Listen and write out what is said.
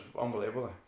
unbelievable